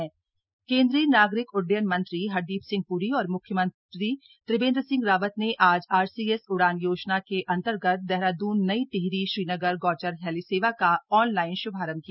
हवाई सेवा केन्द्रीय नागरिक उड्डयन मंत्री हरदीप सिंह प्री और म्ख्यमंत्री त्रिवेन्द्र सिंह रावत ने आज आरसीएस उड़ान योजना के अन्तर्गत देहराद्न नई टिहरी श्रीनगर गौचर हेली सेवा का ऑनलाइन श्भारम्भ किया